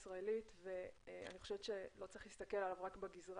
הישראלית ואני חושבת שלא צריך להסתכל עליו רק בגזרה